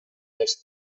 als